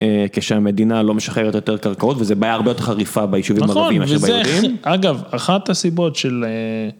כשהמדינה לא משחררת יותר קרקעות וזו בעיה הרבה יותר חריפה ביישובים ערבים אגב אחת הסיבות של.